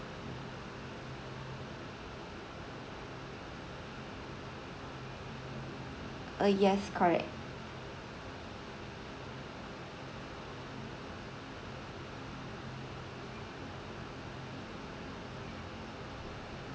uh yes correct